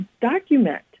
document